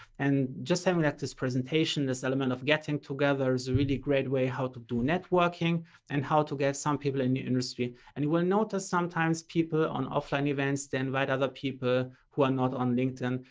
and just having that, this presentation, this element of getting together is a really great way how to do networking and how to get some people in your industry. and you will notice sometimes people on offline events, they invite other people who are not on linkedin.